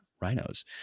rhinos